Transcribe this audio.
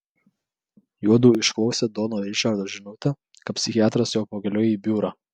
juodu išklausė dono ričardo žinutę kad psichiatras jau pakeliui į biurą